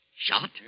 Shot